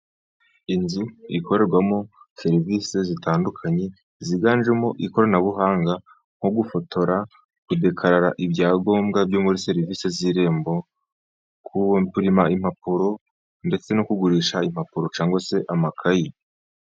Inzu ikorerwamo serivisi zitandukanye ziganjemo ikoranabuhanga nko gufotora, kudekarara ibyangombwa byo muri serivisi z'irembo, kwempulima impapuro ndetse no kugurisha impapuro cyangwa se amakayi.